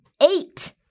eight